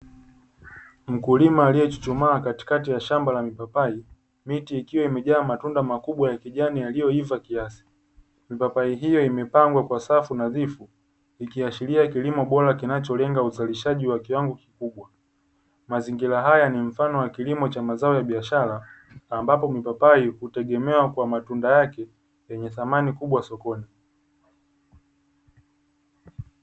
Mkulima aliyechuchumaa katikati ya shamba la mipapai, miti ikiwa imejaa matunda makubwa ya kijani yaliyoiva kiasi. Mipapai hiyo imepangwa kwa safu nadhifu, ikiashiria kilimo bora kinacholenga uzalishaji wa kiwango kikubwa. Mazingira haya ni mfano wa kilimo cha mazao ya biashara, ambapo mipapai hutegemewa kwa matunda yake yenye thamani kubwa sokoni.